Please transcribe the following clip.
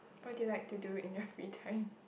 what do you like to do in your free time